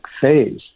phase